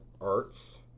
arts